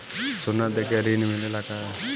सोना देके ऋण मिलेला का?